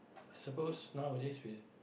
I suppose nowadays with